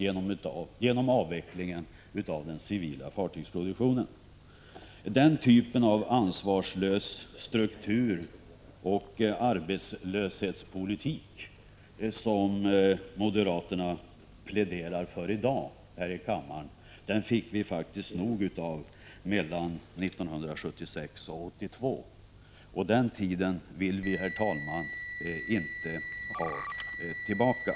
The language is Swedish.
Jag avser då avvecklingen av den civila fartygsproduktionen vid Kockums. Under åren 1976-1982 fick vi faktiskt nog av moderaternas politik. Det gäller den ansvarslösa struktur och den typ av arbetslöshetspolitik som moderaterna även i dag här i kammaren pläderar för. Den tiden vill vi, herr talman, inte ha tillbaka!